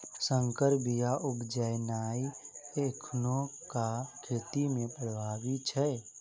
सँकर बीया उपजेनाइ एखुनका खेती मे प्रभावी छै